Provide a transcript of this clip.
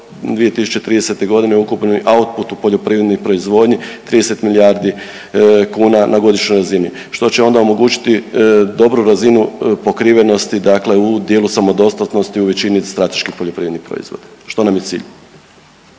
2030. godine ukupni output u poljoprivrednoj proizvodnji 30 milijardi kuna na godišnjoj razini što će onda omogućiti dobru razinu pokrivenosti, dakle u dijelu samodostatnosti u većini strateških poljoprivrednih proizvoda što na je cilj.